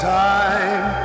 time